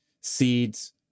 seeds